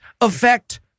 affect